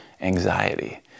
anxiety